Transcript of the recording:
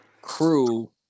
crew